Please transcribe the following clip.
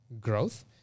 growth